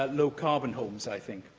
ah low-carbon homes, i think.